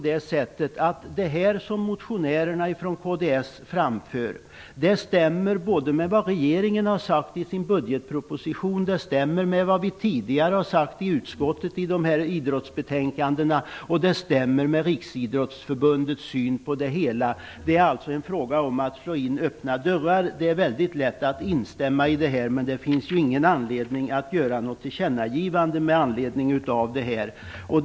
Det som motionärerna från kds framför stämmer med vad regeringen har sagt i sin budgetproposition, med vad vi tidigare har sagt i utskottets idrottsbetänkanden och det stämmer med Riksidrottsförbundets syn på det hela. Det är alltså fråga om att slå in öppna dörrar. Det är väldigt lätt att instämma i detta, men det finns ju ingen anledning att göra något tillkännagivande med anledning av motionen.